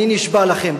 אני נשבע לכם,